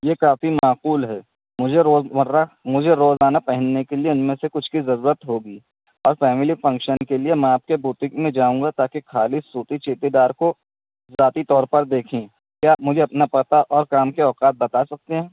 یہ کافی معقول ہے مجھے روزمرہ مجھے روزانہ پہننے کے لیے ان میں سے کچھ کی ضرورت ہوگی اب فیملی فنکشن کے لیے میں آپ کے بوٹیک میں جاؤں گا تاکہ خالص سوتی چیتے دار کو ذاتی طور پر دیکھیں کیا مجھے اپنا پتہ اور کام کے اوقات بتا سکتے ہیں